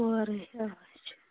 اورَے آچھ